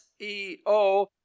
SEO